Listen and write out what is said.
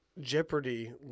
Jeopardy